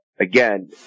again